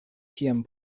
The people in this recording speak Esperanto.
kiam